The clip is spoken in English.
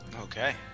Okay